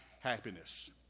happiness